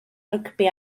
rygbi